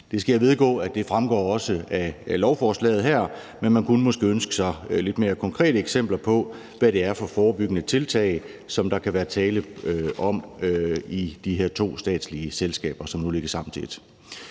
Jeg skal vedgå, at det også fremgår af lovforslaget her, men man kunne måske ønske sig lidt mere konkrete eksempler på, hvad det er for forebyggende tiltag, der kan være tale om, i forbindelse med at de her to statslige selskaber nu lægges sammen